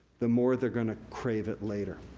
the more they're gonna crave it later.